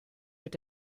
mit